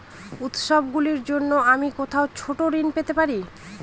উত্সবগুলির জন্য আমি কোথায় ছোট ঋণ পেতে পারি?